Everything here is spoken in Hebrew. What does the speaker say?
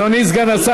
אדוני סגן השר,